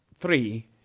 three